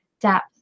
depth